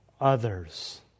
others